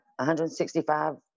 165